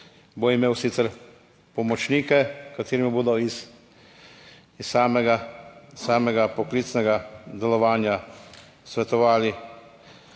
bo imel sicer pomočnike, ki mu bodo iz samega poklicnega delovanja svetovali.